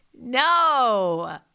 No